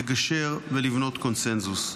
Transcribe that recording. לגשר ולבנות קונסנזוס.